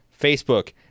Facebook